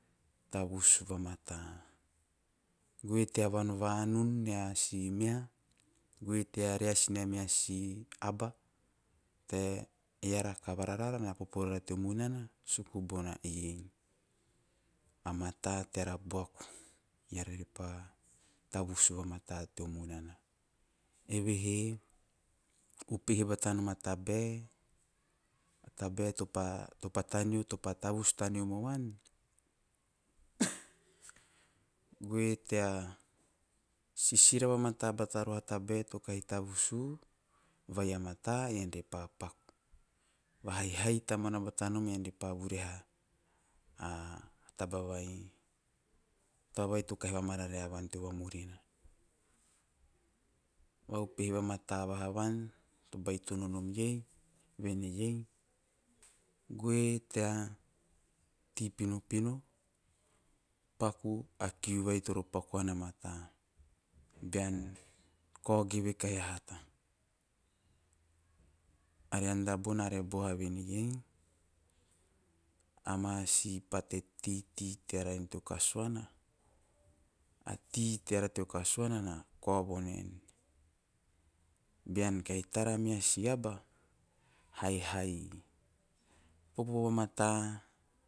Tavus vamata, goe tea vanvanun to nea si meha, goe tea reas nea meha si aba te eara kavara rara na popo rara teo munana suku bona eiei a mata teara buaku eara re pa tavus vamata teo munana, evehe upehe batanom a tabae - a tabae topa tavus taneo mau an goe tea sisira vamata batanom a tabae topa tavus u ean re pa paku haihai tamuan batanom ean re pa vuriha a taba - taba vai to kahi va mararae uvan teo vamurina. Va upehe vamata vaha van to baitanom ei vene iei goe tea tei pinopino paku a kiu vai toro paku an a mata bean kao geve kahi a hata are anda bona are boha vene iei ama si pate teitei teara en teo gaguana, a tei teara teo kasuana na kao vo naenei bean kahi tara meha si aba haihai, popo vamata